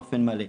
באופן מלא.